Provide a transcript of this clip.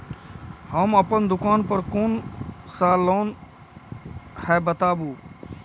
हम अपन दुकान पर कोन सा लोन हैं बताबू?